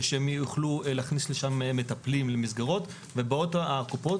שהם יוכלו להכניס לשם מטפלים למסגרות ובאות הקופות